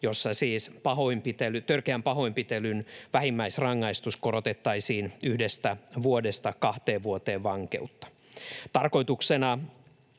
jossa siis törkeän pahoinpitelyn vähimmäisrangaistus korotettaisiin yhdestä vuodesta kahteen vuoteen vankeutta. Tarkoituksena